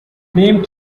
name